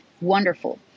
wonderful